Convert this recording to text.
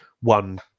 one